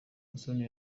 musoni